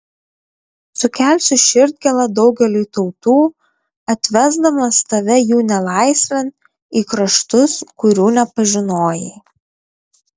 sukelsiu širdgėlą daugeliui tautų atvesdamas tave jų nelaisvėn į kraštus kurių nepažinojai